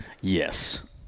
Yes